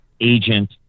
agent